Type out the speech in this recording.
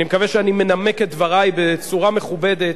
אני מקווה שאני מנמק את דברי בצורה מכובדת.